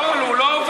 אתה לא מפעיל.